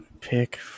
pick